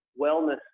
wellness